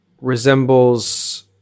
resembles